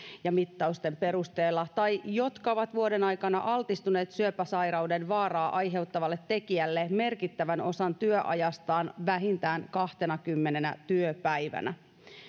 ja mittausten perusteella tai jotka ovat vuoden aikana altistuneet syöpäsairauden vaaraa aiheuttavalle tekijälle merkittävän osan työajastaan vähintään kahtenakymmenenä työpäivänä